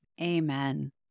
Amen